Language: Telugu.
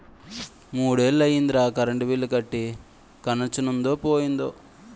మూడ్నెల్లయ్యిందిరా కరెంటు బిల్లు కట్టీ కనెచ్చనుందో పోయిందో